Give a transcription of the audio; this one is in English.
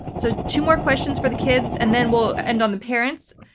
so two more questions for the kids, and then we'll end on the parents.